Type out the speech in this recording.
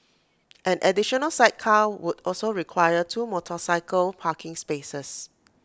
an additional sidecar would also require two motorcycle parking spaces